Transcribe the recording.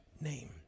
name